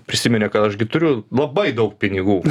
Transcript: prisiminė kad aš gi turiu labai daug pinigų